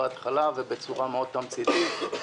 בצורה תמציתית מאוד.